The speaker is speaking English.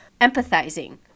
empathizing